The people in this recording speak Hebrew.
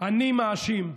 אני מאשים.